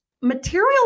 Material